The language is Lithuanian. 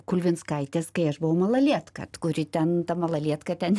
kulvinskaitės kai aš buvau malalietka kuri ten ta malalietka ten